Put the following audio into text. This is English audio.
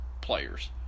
players